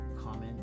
comment